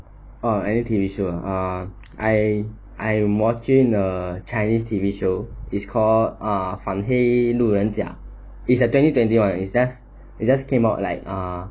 oh any T_V show ah I I'm watching the chinese T_V show it's called err 反黑路人甲 it's a twenty twenty one it just it just came out like err